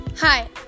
Hi